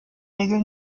regel